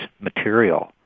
material